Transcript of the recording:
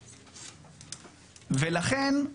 ולכן,